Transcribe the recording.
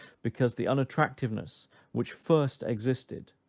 because the unattractiveness which first existed,